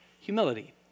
Humility